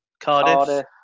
Cardiff